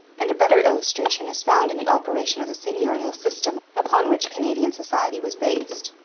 and a better illustration is found in the operation of the seigneurial system upon which canadian society was based.